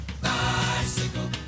Bicycle